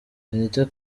benito